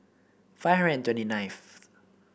five hundred and twenty ninth